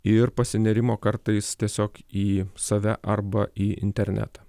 ir pasinėrimo kartais tiesiog į save arba į internetą